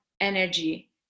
energy